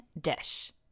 dish